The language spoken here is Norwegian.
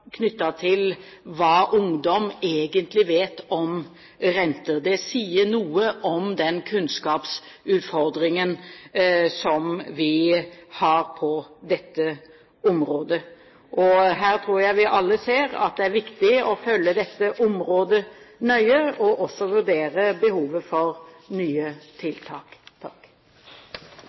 til hva ungdom egentlig vet om renter. Det sier noe om den kunnskapsutfordringen vi har på dette området. Her tror jeg vi alle ser at det er viktig å følge dette området nøye og også vurdere behovet for nye tiltak.